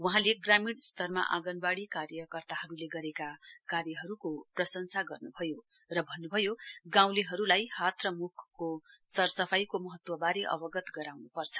वहाँले ग्रामीण स्तरमा आँगनवाड़ी कार्यहरूले गरेका कार्यहरूको प्रशंसा गर्न्भयो र भन्न्भयो गाँउलेहरूलाई हात र म्खको सरसफाईको महत्वबारे अवगत गराउन्पर्छ